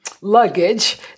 luggage